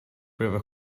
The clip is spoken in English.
river